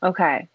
Okay